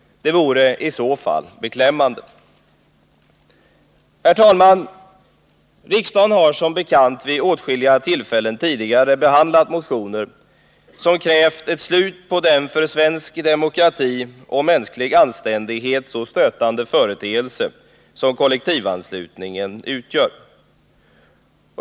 Det vore i så fall beklämmande. Herr talman! Riksdagen har som bekant vid åtskilliga tillfällen tidigare behandlat motioner som krävt ett slut på den för svensk demokrati och mänsklig anständighet så stötande företeelse som kollektivanslutningen utgör.